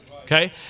Okay